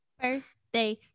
birthday